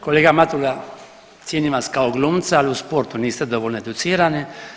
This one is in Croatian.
Kolega Matula, cijenim vas kao glumca, ali u sportu niste dovoljno educirani.